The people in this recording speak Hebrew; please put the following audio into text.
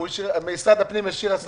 מכיוון שהם נסגרו בעקבות השיטפון,